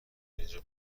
اینجا